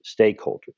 stakeholders